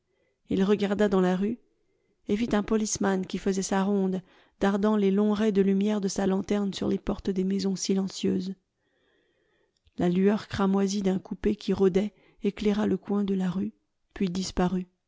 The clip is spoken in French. il regarda dans la rue et vit un policeman qui faisait sa ronde dardant les longs rais de lumière de sa lanterne sur les portes des maisons silencieuses la lueur cramoisie d'un coupé qui rôdait éclaira le coin de la rue puis disparut